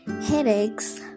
headaches